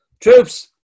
Troops